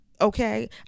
Okay